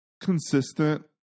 consistent